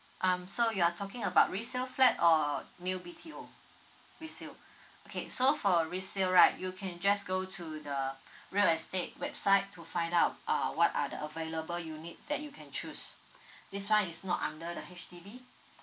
um so you are talking about resale flat or new B_T_O resale okay so for resale right you can just go to the real estate website to find out uh what are the available you need that you can choose this one is not under the H_D_B